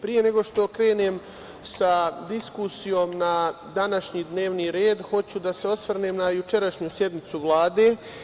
Pre nego što krenem sa diskusijom na današnji dnevni red, hoću da se osvrnem na jučerašnju sednicu Vlade.